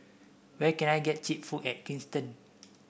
where can I get cheap food in Kingston